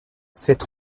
cette